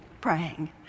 praying